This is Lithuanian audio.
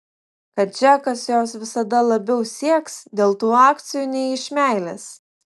kad džekas jos visada labiau sieks dėl tų akcijų nei iš meilės